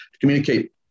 communicate